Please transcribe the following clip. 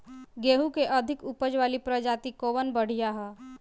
गेहूँ क अधिक ऊपज वाली प्रजाति कवन बढ़ियां ह?